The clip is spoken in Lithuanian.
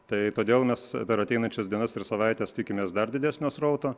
tai todėl mes per ateinančias dienas ir savaites tikimės dar didesnio srauto